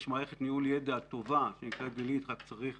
יש מערכת ניהול ידע טובה שנקראת גליל וצריך